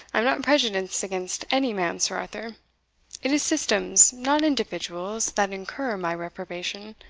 i am not prejudiced against any man, sir arthur it is systems, not individuals, that incur my reprobation.